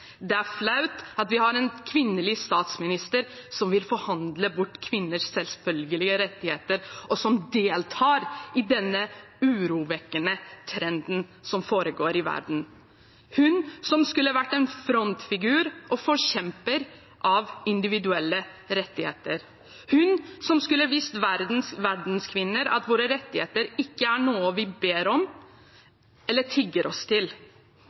det er flaut at vi har en kvinnelig statsminister som vil forhandle bort kvinners selvfølgelige rettigheter, og som deltar i denne urovekkende trenden som foregår i verden – hun som skulle vært en frontfigur og forkjemper for individuelle rettigheter, hun som skulle vist verdens kvinner at våre rettigheter ikke er noe vi ber om, eller tigger oss til.